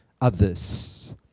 others